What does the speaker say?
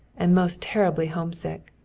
and most terribly homesick.